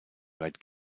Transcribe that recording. red